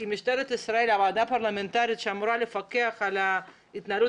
כי הוועדה הפרלמנטרית שאמורה לפקח על התנהלות